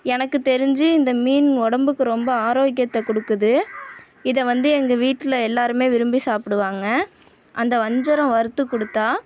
எனக்கு தெரிஞ்சு இந்த மீன் உடம்புக்கு ரொம்ப ஆரோக்கியத்தை கொடுக்குது இதை வந்து எங்கள் வீட்டில் எல்லாேருமே விரும்பி சாப்பிடுவாங்க அந்த வஞ்சிரம் வறுத்து கொடுத்தா